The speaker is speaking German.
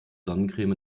sonnencreme